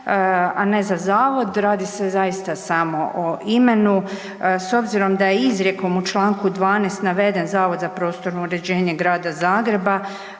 a ne za zavod. Radi se zaista samo o imenom, s obzirom da je izrijekom u čl. 12. naveden Zavod za prostorno uređenje Grada Zagreba